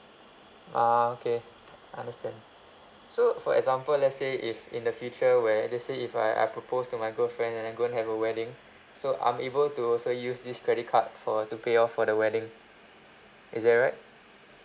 ah okay understand so for example let's say if in the future where let's say if I I propose to my girlfriend and I'm gonna have a wedding so I'm able to also use this credit card for to pay off for the wedding is that right